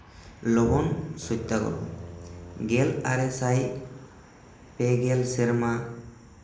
ᱞᱚᱵᱚᱱ ᱥᱚᱛᱛᱟᱜᱨᱚᱦᱚᱱ ᱜᱮᱞ ᱟᱨᱮᱥᱟᱭ ᱯᱮᱜᱮᱞ ᱥᱮᱨᱢᱟ